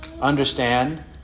understand